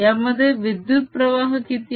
यामध्ये विद्युत प्रवाह किती आहे